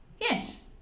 Yes